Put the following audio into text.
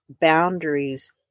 boundaries